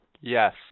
Yes